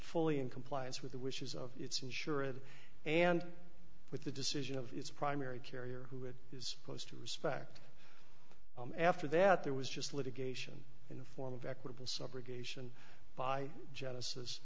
fully in compliance with the wishes of its insurer and with the decision of its primary carrier who it is closed to respect after that there was just litigation in the form of equitable subrogation by genesis